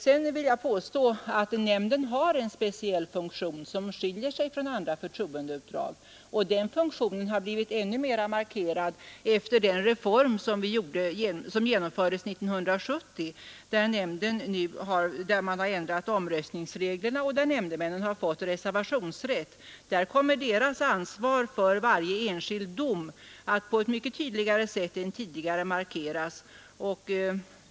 Dessutom vill jag påstå att nämnden har en speciell funktion som skiljer sig från andra förtroendeuppdrag. Den funktionen har blivit ännu mer markerad efter den reform som genomfördes år 1970 och som innebar en ändring av omröstningsreglerna och att nämndemännen fick reservationsrätt. Deras ansvar för varje enskild dom kommer på ett mycket tydligare sätt än tidigare att markeras.